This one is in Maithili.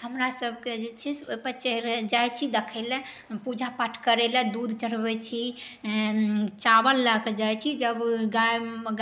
हमरासबके जे छै से ओहिपर जाइ छी देखैलए पूजा पाठ करैलए दूध चढ़बै छी चावल लऽ कऽ जाइ छी जब